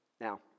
Now